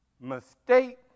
mistake